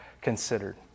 considered